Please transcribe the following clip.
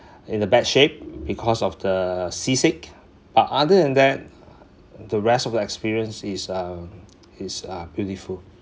in the bad shape because of the seasick but other than that the rest of the experience is uh is uh beautiful